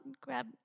grab